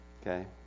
Okay